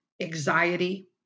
Anxiety